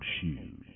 shoes